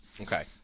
Okay